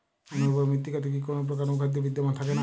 অনুর্বর মৃত্তিকাতে কি কোনো প্রকার অনুখাদ্য বিদ্যমান থাকে না?